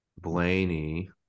Blaney